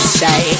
say